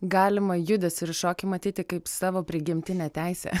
galima judesį ir šokį matyti kaip savo prigimtinę teisę